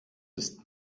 ist